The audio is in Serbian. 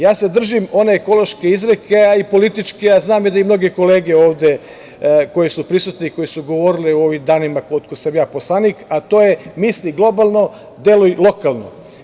Ja se držim one ekološke izreke, a i političke, a znam i da mnoge kolege ovde koje su prisutne i koji su govorili u ovim danima od kada sam ja poslanik, a to je – misli globalno, deluj lokalno.